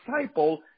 disciple